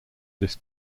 this